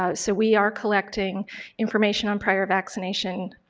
ah so we are collecting information on prior vaccination.